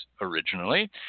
originally